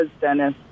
Dennis